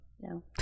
No